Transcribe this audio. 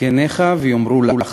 זקנך ויאמרו לך".